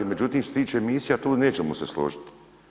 Međutim što se tiče misija tu nećemo se složiti.